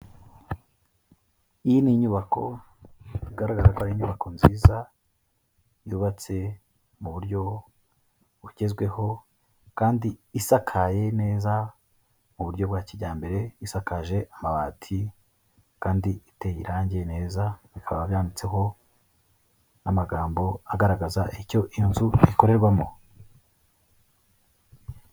Iyi ni inyubako bigaragara ko ari inyubako nziza yubatse muburyo bugezweho kandi isakaye neza muburyo bwa kijyambere isakaje amabati kandi iteye irangi neza bikaba byanditseho mu magambo agaragaza icyo inzu ikorerwamo.